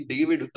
David